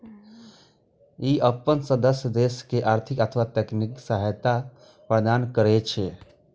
ई अपन सदस्य देश के आर्थिक आ तकनीकी सहायता प्रदान करै छै